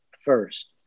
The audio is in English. first